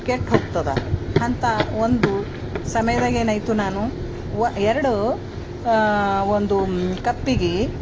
ಕೆಟ್ಟು ಹೋಗ್ತದ ಅಂಥ ಒಂದು ಸಮಯದಾಗೇನಾಯಿತು ನಾನು ಒ ಎರಡು ಒಂದು ಕಪ್ಪಿಗೆ